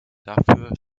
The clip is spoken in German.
dafür